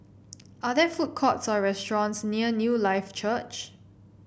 are there food courts or restaurants near Newlife Church